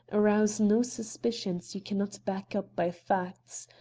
arouse no suspicions you can not back up by facts.